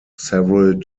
several